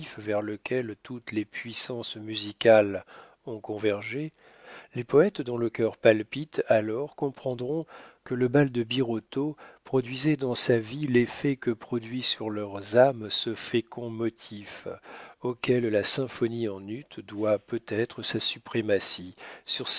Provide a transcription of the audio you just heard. vers lequel toutes les puissances musicales ont convergé les poètes dont le cœur palpite alors comprendront que le bal de birotteau produisait dans sa vie l'effet que produit sur leurs âmes ce fécond motif auquel la symphonie en ut doit peut-être sa suprématie sur